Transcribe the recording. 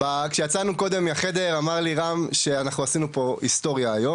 כשיצאנו קודם מהחדר אמר לי רם שאנחנו עשינו פה היסטוריה הזאת.